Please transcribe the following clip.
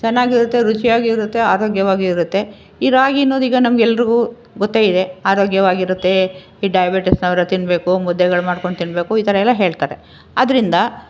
ಚೆನ್ನಾಗಿರುತ್ತೆ ರುಚಿಯಾಗಿರುತ್ತೆ ಆರೋಗ್ಯವಾಗಿರುತ್ತೆ ಈ ರಾಗಿ ಅನ್ನೋದು ಈಗ ನಮಗೆಲ್ರಿಗೂ ಗೊತ್ತೇಯಿದೆ ಆರೋಗ್ಯವಾಗಿರುತ್ತೆ ಈ ಡಯಾಬಿಟಿಸ್ನವರು ತಿನ್ನಬೇಕು ಮುದ್ದೆಗಳು ಮಾಡ್ಕೊಂಡು ತಿನ್ನಬೇಕು ಈ ಥರಯೆಲ್ಲ ಹೇಳ್ತಾರೆ ಅದರಿಂದ